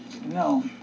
No